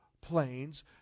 planes